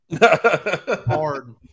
Hard